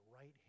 right